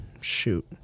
shoot